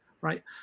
right